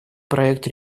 проект